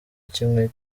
kimwe